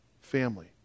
family